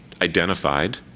identified